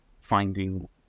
finding